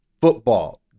football